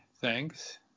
thanks